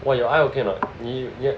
!wah! your eye okay or not 你你的